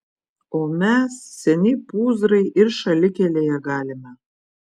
o mes seni pūzrai ir šalikelėje galime